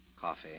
coffee